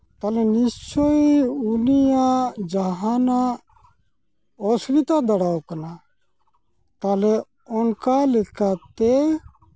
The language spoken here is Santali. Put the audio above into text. ᱛᱟᱦᱚᱞᱮ ᱱᱤᱥᱪᱳᱭ ᱩᱱᱤᱭᱟᱜ ᱡᱟᱦᱟᱱᱟᱜ ᱚᱥᱩᱵᱤᱫᱟ ᱵᱟᱲᱟᱣ ᱠᱟᱱᱟ ᱛᱟᱦᱚᱞᱮ ᱚᱱᱠᱟ ᱞᱮᱠᱟᱛᱮ